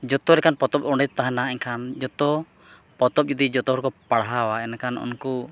ᱡᱚᱛᱚ ᱞᱮᱠᱟᱱ ᱯᱚᱛᱚᱵ ᱚᱸᱰᱮ ᱛᱟᱦᱮᱸᱱᱟ ᱮᱱᱠᱷᱟᱱ ᱡᱚᱛᱚ ᱯᱚᱛᱚᱵ ᱡᱩᱫᱤ ᱡᱚᱛᱚ ᱦᱚᱲᱠᱚ ᱯᱟᱲᱦᱟᱣᱟ ᱮᱱᱠᱷᱟᱱ ᱩᱱᱠᱩ